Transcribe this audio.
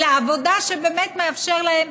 אלא עבודה שבאמת מאפשרת להם,